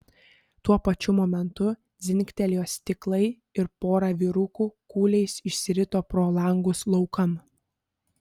tuo pačiu momentu dzingtelėjo stiklai ir pora vyrukų kūliais išsirito pro langus laukan